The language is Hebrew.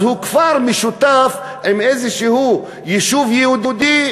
אז הוא כפר משותף עם איזשהו יישוב יהודי,